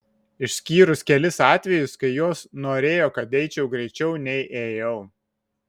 išskyrus kelis atvejus kai jos norėjo kad eičiau greičiau nei ėjau